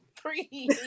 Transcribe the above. three